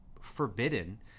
forbidden